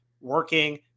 working